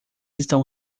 estão